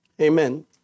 amen